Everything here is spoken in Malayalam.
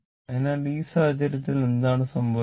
അതിനാൽ ഈ സാഹചര്യത്തിൽ എന്താണ് സംഭവിക്കുന്നത്